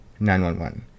911